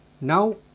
Now